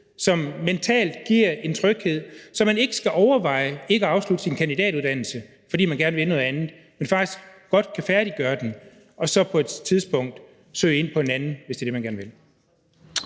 som mentalt giver en tryghed, så man ikke skal overveje ikke at afslutte sin kandidatuddannelse, fordi man gerne vil noget andet, men man faktisk godt kan færdiggøre den og så på et tidspunkt søge ind på en anden, hvis det er det, man gerne vil.